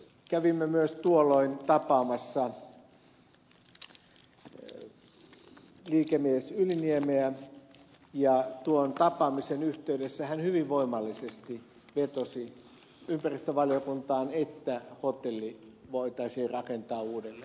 kävimme myös tuolloin tapaamassa liikemies yliniemeä ja tuon tapaamisen yhteydessä hän hyvin voimallisesti vetosi ympäristövaliokuntaan että hotelli voitaisiin rakentaa uudelleen